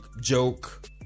joke